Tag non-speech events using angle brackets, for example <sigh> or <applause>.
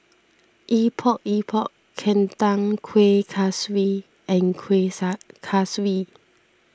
Epok Epok Kentang Kuih Kaswi and Kueh <unintelligible> Kaswi